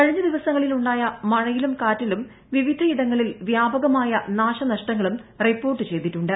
കഴിഞ്ഞ ദിവസങ്ങളിലുണ്ട്റ്റിക്മ്ഴയിലും കാറ്റിലും വിവിധയിടങ്ങളിൽ വ്യാപകമായ ക്രാശ്ശന്ഷ്ടങ്ങളും റിപ്പോർട്ട് ചെയ്തിട്ടുണ്ട്